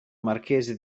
marchese